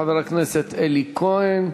חבר הכנסת אלי כהן.